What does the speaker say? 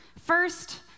First